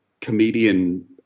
comedian